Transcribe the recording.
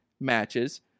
matches